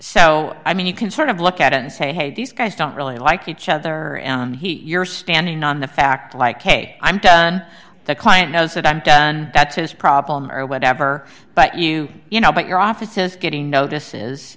so i mean you can sort of look at it and say hey these guys don't really like each other you're standing on the fact like hey i'm done the client knows that i'm done that's his problem or whatever but you you know but your office is getting notices